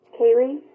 Kaylee